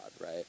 right